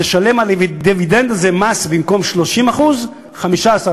תשלם על הדיבידנד הזה במקום 30% מס,